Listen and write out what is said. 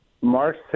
March